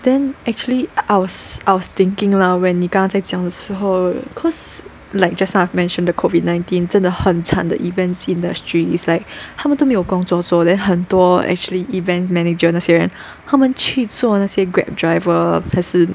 then actually I was I was thinking lah when 你刚才讲的时候 cause like just now I've mentioned the COVID nineteen 真的很惨的 events industry is like 他们都没有工作做 then 很多 actually events manager 那些人他们去做那些 Grab driver 还是